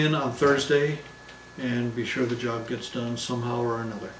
in on thursday and be sure the job gets done somehow or another